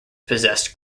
possessed